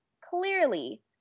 Clearly